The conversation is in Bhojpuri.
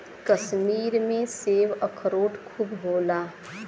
कश्मीर में सेब, अखरोट खूब होला